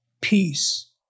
peace